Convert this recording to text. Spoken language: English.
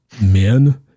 men